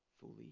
fully